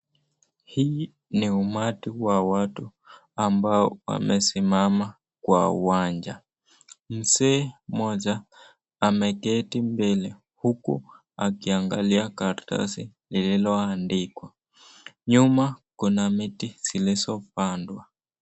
Hii ni umati wa watu ambao wamesimama kwa uwanja. Mzee mmoja ameketi mbele huku akiangalia karatasi lililoandikwa. Nyuma kuna miti iliyopandwa.